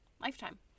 Lifetime